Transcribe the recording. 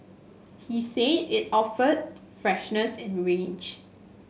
he said it offered freshness and range